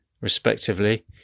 respectively